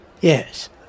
Yes